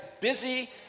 busy